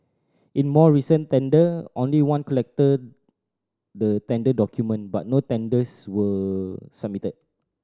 in more recent tender only one collected the tender document but no tenders were submitted